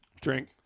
drink